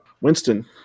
Winston